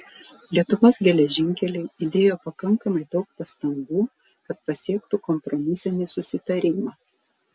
lietuvos geležinkeliai įdėjo pakankamai daug pastangų kad pasiektų kompromisinį susitarimą